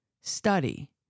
study